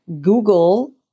Google